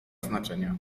znaczenia